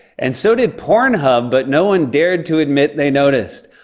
and so did pornhub, but no one dared to admit they noticed.